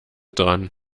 dran